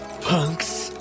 Punks